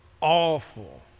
awful